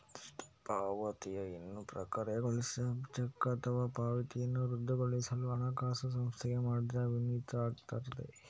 stop ಪಾವತಿಯು ಇನ್ನೂ ಪ್ರಕ್ರಿಯೆಗೊಳಿಸದ ಚೆಕ್ ಅಥವಾ ಪಾವತಿಯನ್ನ ರದ್ದುಗೊಳಿಸಲು ಹಣಕಾಸು ಸಂಸ್ಥೆಗೆ ಮಾಡಿದ ವಿನಂತಿ ಆಗಿರ್ತದೆ